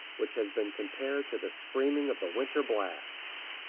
which has been compared to the screaming of the winter blasts.